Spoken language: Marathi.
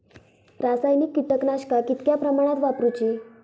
रासायनिक कीटकनाशका कितक्या प्रमाणात वापरूची?